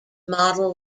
model